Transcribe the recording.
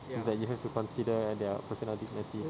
that you have to consider their personal dignity